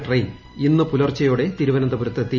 train ഇന്ന് പുലർച്ചെയോടെ തിരുവനന്തപുരത്ത് എത്തി